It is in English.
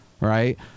right